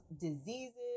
diseases